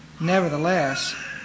Nevertheless